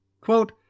Quote